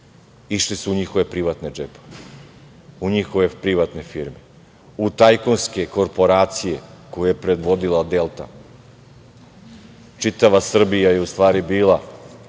Išli su u njihove privatne džepove, u njihove privatne firme, u tajkunske korporacije koje je predvodila Delta. Čitava Srbija je u stvari bila